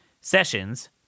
sessions